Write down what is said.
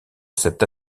cette